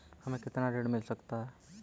हमें कितना ऋण मिल सकता है?